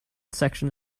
section